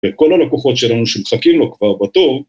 ‫וכל הלקוחות שלנו שמחכים לו כבר בתור.